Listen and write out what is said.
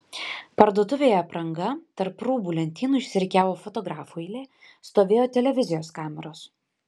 parduotuvėje apranga tarp rūbų lentynų išsirikiavo fotografų eilė stovėjo televizijos kameros